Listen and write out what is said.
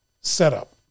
setup